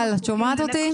מיטל, את שומעת אותי?